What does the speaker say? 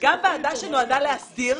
גם ועדה שנועדה להסדיר,